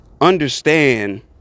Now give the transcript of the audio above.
understand